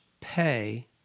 pay